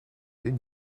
den